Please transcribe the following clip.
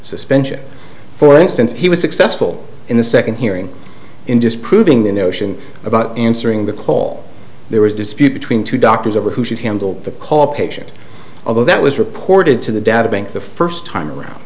suspension for instance he was successful in the second hearing in disproving the notion about answering the call there was a dispute between two doctors over who should handle the call a patient of that was reported to the data bank the first time around